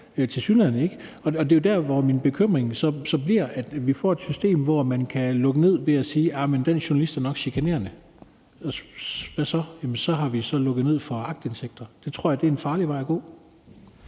Tilsyneladende ikke. Og det er jo der, hvor min bekymring er, altså at vi får et system, hvor man kan lukke ned ved at sige, at den journalist nok er chikanerende. Hvad så? Så har vi så lukket ned for aktindsigter. Det tror jeg er en farlig vej at gå.